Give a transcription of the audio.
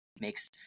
makes